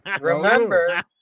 Remember